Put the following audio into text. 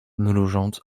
mrużąc